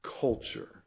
culture